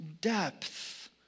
depth